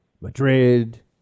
Madrid